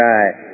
Right